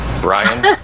brian